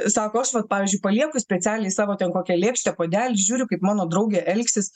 sako aš vat pavyzdžiui palieku specialiai savo ten kokią lėkštę puodelį žiūriu kaip mano draugė elgsis